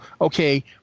okay